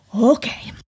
Okay